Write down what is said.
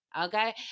okay